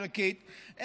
ערכית,